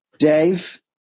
Dave